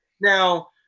Now